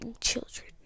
children